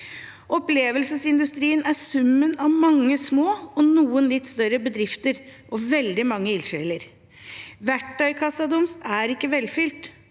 Opplevelsesindustrien er summen av mange små og noen litt større bedrifter og veldig mange ildsjeler. Verktøykassen deres er ikke velfylt.